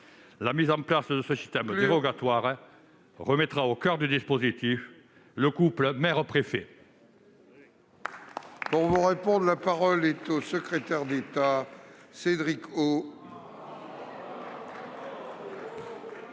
La mise en place de ce système dérogatoire remettra au coeur du dispositif le couple maire-préfet.